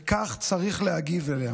וכך צריך להגיב אליה.